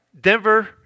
Denver